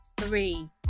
three